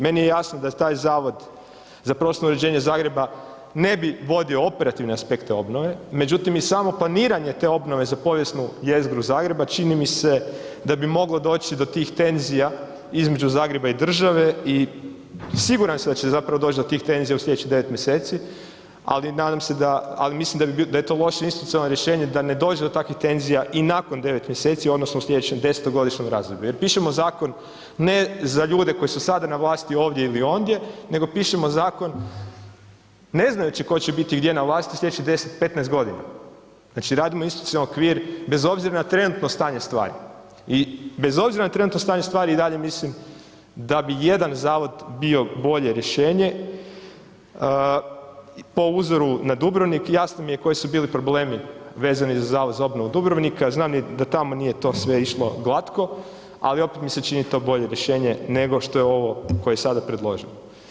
Meni je jasno da taj Zavod za prostorno uređenje Zagreba ne bio vodio operativne aspekte obnove, međutim i samo planiranje te obnove za povijesnu jezgru Zagreba čini mi se da bi moglo doći do tih tenzija između Zagreba i države i siguran sam da će zapravo doć do tih tenzija u slijedećih 9 mjeseci, ali nadam se da, ali mislim da je to loše institucionalno rješenje da ne dođe do takvih tenzija i nakon 9 mjeseci odnosno u slijedećem 10-godišnjem razdoblju jer pišemo zakon ne za ljude koji su sada na vlasti ovdje ili ondje nego pišemo zakon ne znajući tko će biti gdje na vlasti slijedećih 10-15.g. Znači radimo institucionalni okvir bez obzira na trenutno stanje stvari i bez obzira na trenutno stanje stvari i dalje mislim da bi jedan zavod bio bolje rješenje po uzoru na Dubrovnik i jasno mi je koji su bili problemi vezani za Zavod za obnovu Dubrovnika, znam i da tamo nije to sve išlo glatko, ali opet mi se čini to bolje rješenje nego što je ovo koje je sada predloženo.